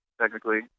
technically